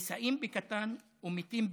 נישאים בקטן ומתים בקטן.